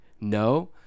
no